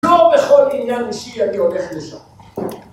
לא בכל עניין אישי אני הולך לשם